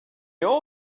all